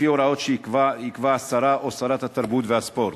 לפי הוראות שיקבע שר או שרת התרבות והספורט.